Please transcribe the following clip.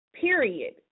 period